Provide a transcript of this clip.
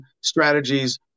strategies